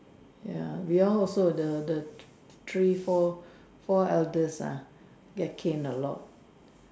ya we all also the the three four four elders ah get caned a lot